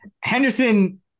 Henderson